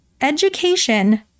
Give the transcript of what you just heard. education